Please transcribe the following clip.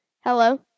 Hello